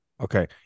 Okay